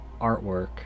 artwork